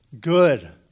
Good